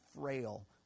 frail